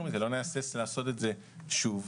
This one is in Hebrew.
נהסס לעשות את זה שוב.